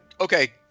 okay